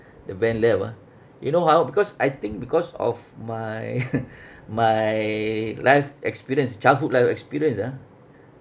the van left ah you know how because I think because of my my life experience childhood life experience ah